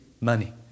money